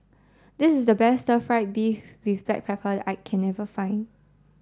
this is the best Stir Fry Beef With Black Pepper I can never find